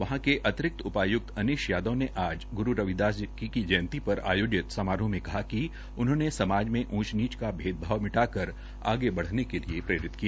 करनाल के अतिरिक्त उपायुक्त अनिश यादव ने आज ग्रू रविदास की जयंती पर आयोहित समारोह में कहा कि उन्होंने समाज में ऊंच नीत का भेदभाव मिटाकर आगे बढ़ने के लिए प्रेरित किया